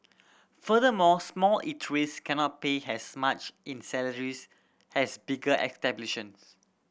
furthermore small eateries cannot pay as much in salaries as bigger exhibitions